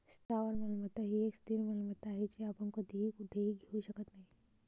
स्थावर मालमत्ता ही एक स्थिर मालमत्ता आहे, जी आपण कधीही कुठेही घेऊ शकत नाही